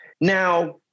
Now